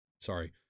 Sorry